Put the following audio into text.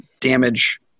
damage –